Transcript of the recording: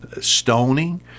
stoning